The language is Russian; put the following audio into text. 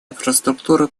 инфраструктуры